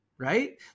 right